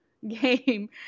Game